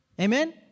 Amen